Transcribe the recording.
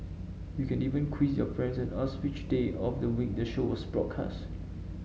you can even quiz your friends and ask which day of the week the show was broadcast